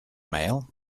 mail